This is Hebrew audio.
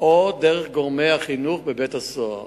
או דרך גורמי החינוך בבית-הסוהר.